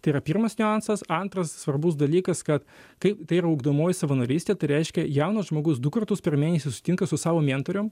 tai yra pirmas niuansas antras svarbus dalykas kad kai tai yra ugdomoji savanorystė tai reiškia jaunas žmogus du kartus per mėnesį susitinka su savo mentorium